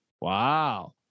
Wow